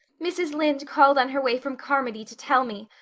mrs. lynde called on her way from carmody to tell me.